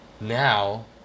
Now